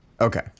Okay